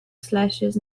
slashes